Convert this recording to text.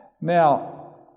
Now